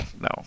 no